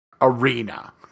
Arena